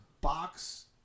box